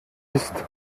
ist